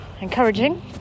encouraging